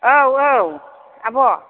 औ औ आब'